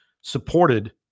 supported